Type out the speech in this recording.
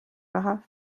lähe